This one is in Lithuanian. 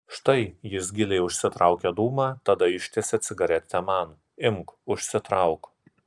štai jis giliai užsitraukia dūmą tada ištiesia cigaretę man imk užsitrauk